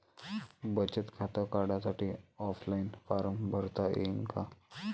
बचत खातं काढासाठी ऑफलाईन फारम भरता येईन का?